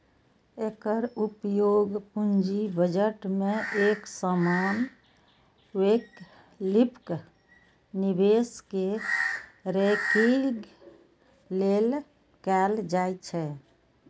एकर उपयोग पूंजी बजट मे एक समान वैकल्पिक निवेश कें रैंकिंग लेल कैल जाइ छै